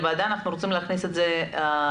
לוועדה כי אנחנו רוצים להכניס את זה לחוק.